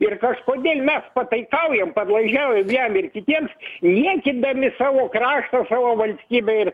ir kažkodėl mes pataikaujam padlaižiaujam jam ir kitiems niekindami savo kraštą savo valstybę ir